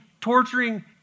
torturing